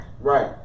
Right